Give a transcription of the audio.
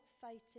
fighting